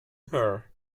her